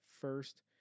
first